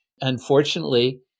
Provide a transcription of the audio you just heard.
Unfortunately